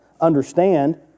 understand